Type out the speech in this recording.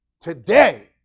today